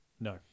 No